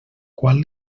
qual